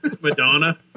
Madonna